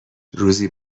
روزی